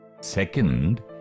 Second